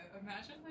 imagine